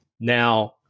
Now